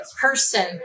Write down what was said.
person